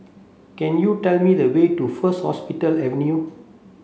can you tell me the way to First Hospital Avenue